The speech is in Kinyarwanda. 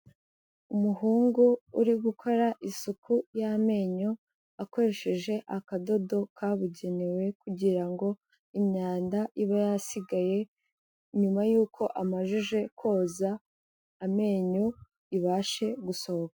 Umuhungu uri gukora isuku y'amenyo akoresheje akadodo kabugenewe kugira ngo imyanda iba yasigaye, nyuma y'uko amajije koza amenyo, ibashe gusohoka.